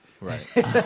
right